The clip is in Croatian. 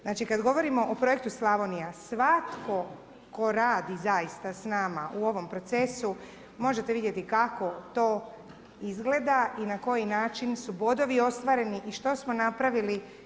Znači kad govorimo o projektu Slavonija, svatko tko radi zaista s nama u ovom procesu, možete vidjeti kako to izgleda i na koji način su bodovi ostvareni i što smo napravili.